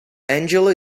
angela